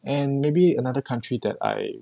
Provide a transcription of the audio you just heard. and maybe another country that I